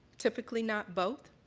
typically not both.